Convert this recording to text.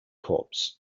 corps